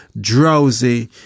drowsy